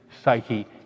psyche